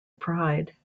pride